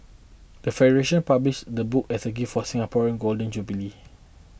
the federation published the book as a gift for Singapore in Golden Jubilee